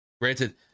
Granted